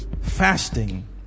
fasting